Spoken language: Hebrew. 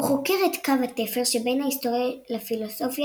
הוא חוקר את קו התפר שבין ההיסטוריה לפילוסופיה,